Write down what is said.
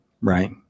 Right